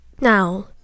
Now